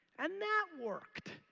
and that worked.